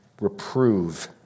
reprove